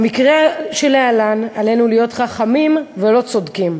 במקרה זה עלינו להיות חכמים ולא צודקים,